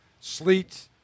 sleet